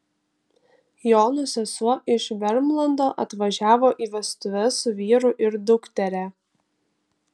jono sesuo iš vermlando atvažiavo į vestuves su vyru ir dukteria